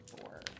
four